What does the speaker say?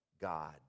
God